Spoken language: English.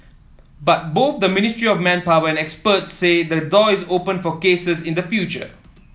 but both the Ministry of Manpower and experts say the door is open for cases in the future